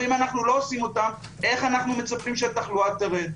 אם אנחנו לא עושים אותן איך אנחנו מצפים שהתחלואה תרד?